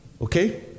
Okay